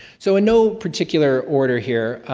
so in no particular order here,